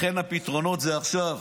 לכן הפתרונות זה עכשיו.